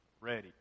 ready